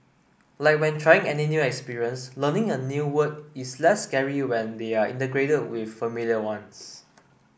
like when trying any new experience learning a new word is less scary when they are integrated with familiar ones